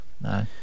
No